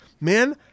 man